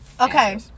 okay